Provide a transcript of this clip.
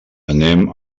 anem